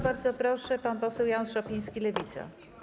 Bardzo proszę, pan poseł Jan Szopiński, Lewica.